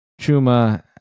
Chuma